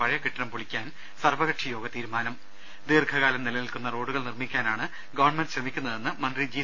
പഴയ കെട്ടിടം പൊളിക്കാൻ സർവകക്ഷിയോഗ തീരുമാനം ദീർഘകാലം നിലനിൽക്കുന്ന റോഡുകൾ നിർമ്മിക്കാനാണ് ഗവൺമെന്റ് ശ്രമിക്കുന്നതെന്ന് മന്ത്രി ജി